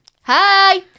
hi